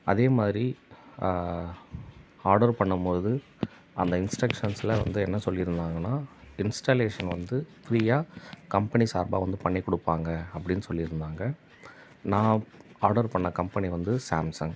அதேமாதிரி ஆடர் பண்ணும்போது அந்த இன்ஸ்ட்ரக்ஸன்ஸில் வந்து என்ன சொல்லியிருந்தாங்கன்னா இன்ஸ்டலேஸன் வந்து ஃப்ரீயாக கம்பெனி சார்பாக வந்து பண்ணிக் கொடுப்பாங்க அப்படினு சொல்லியிருந்தாங்க நான் ஆடர் பண்ணிண கம்பெனி வந்து சாம்சங்